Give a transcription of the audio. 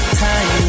time